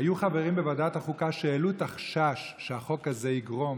היו חברים בוועדת החוקה שהעלו את החשש שהחוק הזה יגרום